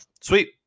sweet